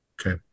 Okay